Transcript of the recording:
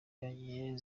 byongeye